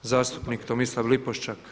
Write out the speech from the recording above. Zastupnik Tomislav Lipošćak.